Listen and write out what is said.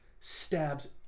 stabs